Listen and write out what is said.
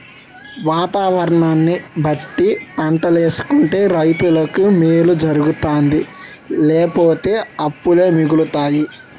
వాతావరణాన్ని బట్టి పంటలేసుకుంటే రైతులకి మేలు జరుగుతాది లేపోతే అప్పులే మిగులుతాయి